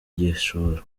gishoro